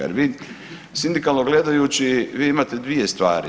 Jer sindikalno gledajući vi imate dvije stvari.